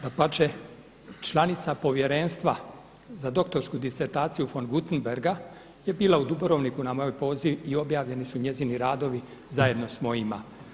Dapače, članica Povjerenstva za doktorsku disertaciju zu Guttenberga je bila u Dubrovniku na moj poziv i objavljeni su njezini radovi zajedno sa mojima.